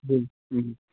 جی جی